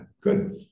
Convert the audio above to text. good